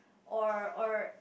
or or